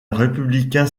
républicains